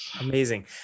Amazing